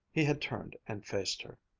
he had turned and faced her,